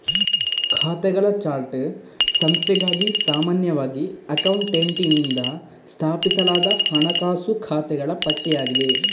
ಖಾತೆಗಳ ಚಾರ್ಟ್ ಸಂಸ್ಥೆಗಾಗಿ ಸಾಮಾನ್ಯವಾಗಿ ಅಕೌಂಟೆಂಟಿನಿಂದ ಸ್ಥಾಪಿಸಲಾದ ಹಣಕಾಸು ಖಾತೆಗಳ ಪಟ್ಟಿಯಾಗಿದೆ